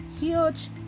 huge